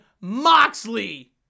Moxley